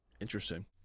Interesting